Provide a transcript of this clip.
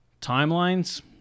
Timelines